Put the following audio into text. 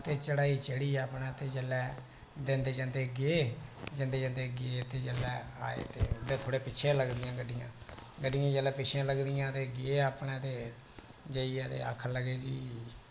ते चढ़ाई चढ़ी अपने ते ल्लै जंदे जंदे गे जंदे जंदे गे ते जेल्लै आए ते अपने पिच्छै लगदियां गड्डियां जेल्लै पिच्छै लगदियां ते अपने जाइयै आखन लगे ते चलो ने जिने जो किश लैना ते